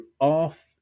off